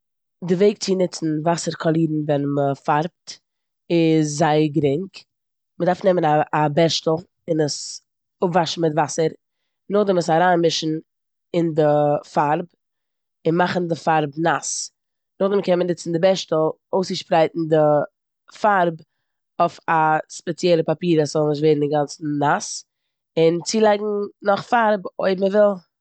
די וועג צו נוצן וואסער קאלירן ווען מ'פארבט איז זייער גרינג. מ'דארף נעמען א- א בערשטל און עס אפוואשן מיט וואסער, נאכדעם עס אריימישן אין די פארב אןו מאכן די פארב נאס. נאכדעם קען מען נוצן די בערשטל אויסשפרייטן די פארב אויף א ספעציעלע פאפיר אז ס'זאל נישט ווערן אינגאנצן נאס און צילייגן נאך פארב אויב מ'וויל.